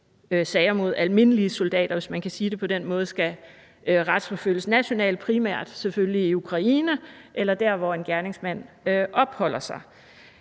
mens almindelige soldater, hvis man kan sige det på den måde, skal retsforfølges nationalt, primært selvfølgelig i Ukraine eller der, hvor en gerningsmand opholder sig.